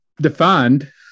defined